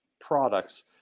products